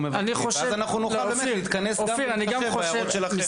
מבקשים ואז אנחנו נוכל באמת להתמקד בהערות שלכם.